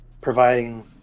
providing